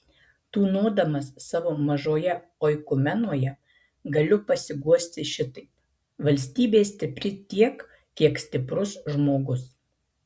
tūnodamas savo mažoje oikumenoje galiu pasiguosti šitaip valstybė stipri tiek kiek stiprus žmogus